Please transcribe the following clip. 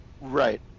Right